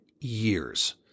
years